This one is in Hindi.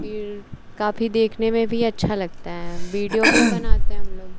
फिर काफी देखने में भी अच्छा लगता है वीडिओ भी बनाते हैं हम लोग